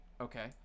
okay